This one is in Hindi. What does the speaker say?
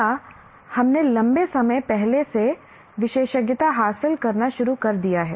या हमने लंबे समय पहले से विशेषज्ञता हासिल करना शुरू कर दिया है